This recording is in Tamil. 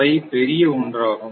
அவை பெரிய ஒன்றாகும்